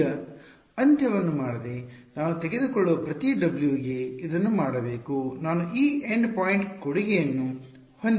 ಈಗ ಈ ಅಂತ್ಯವನ್ನು ಮಾಡದೆ ನಾನು ತೆಗೆದುಕೊಳ್ಳುವ ಪ್ರತಿ W ಗೆ ಇದನ್ನು ಮಾಡಬೇಕು ನಾನು ಈ ಎಂಡ್ ಪಾಯಿಂಟ್ ಕೊಡುಗೆಯನ್ನು ಹೊಂದಿರುತ್ತೇನೆ